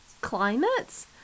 climates